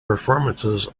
performances